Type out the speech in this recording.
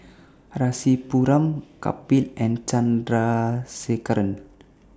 Rasipuram Kapil and Chandrasekaran